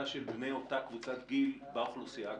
של בני אותה קבוצת גליל באוכלוסייה הכללית.